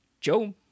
Joe